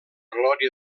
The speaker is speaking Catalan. glòria